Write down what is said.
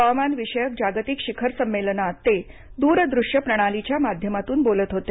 हवामानविषयक जागतिक शिखर संमेलनात ते दूरदूश्य प्रणालीच्या माध्यमातून बोलत होते